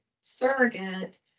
surrogate